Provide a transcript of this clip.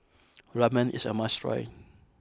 Ramen is a must try